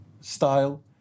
style